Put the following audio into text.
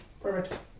Perfect